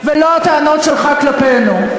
ולא הטענות שלך כלפינו.